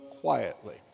quietly